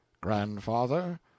Grandfather